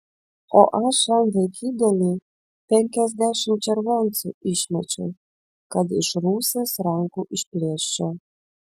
o aš šiam vaikigaliui penkiasdešimt červoncų išmečiau kad iš rusės rankų išplėščiau